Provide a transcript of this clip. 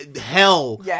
hell